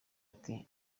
ati